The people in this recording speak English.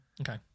okay